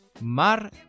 Mar